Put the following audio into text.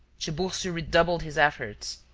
tiburcio redoubled his efforts.